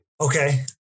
Okay